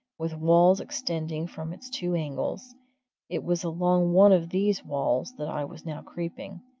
with walls extending from its two angles it was along one of these walls that i was now creeping.